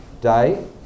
day